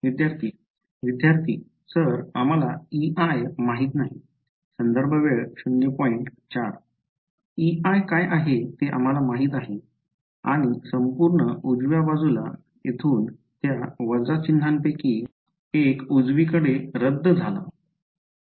विद्यार्थी सर आम्हाला Ei माहित नाही Ei काय आहे ते आम्हाला माहित आहे आणि संपूर्ण उजव्या बाजूला येथून त्या वजा चिन्हांपैकी एक उजवीकडे रद्द झाला